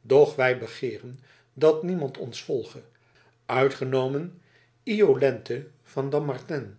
doch wij begeeren dat niemand ons volge uitgenomen yolente van dampmartin